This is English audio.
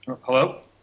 Hello